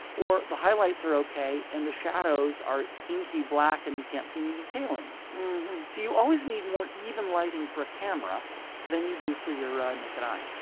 or the highlights are ok and the shadows are inky black and you can't see any detail in them you always need more even lighting for a camera than you do for your naked eye.